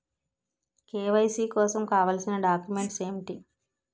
KYC కోసం కావాల్సిన documents ఎంటి?